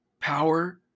power